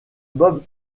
bob